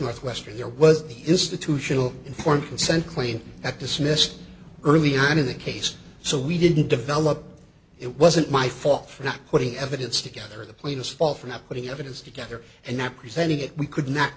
northwestern there was the institutional informed consent complaint that dismissed early on in the case so we didn't develop it wasn't my fault for not putting evidence together the plaintiffs fault for not putting evidence together and not presenting it we could not